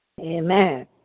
Amen